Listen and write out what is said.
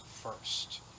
first